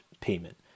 payment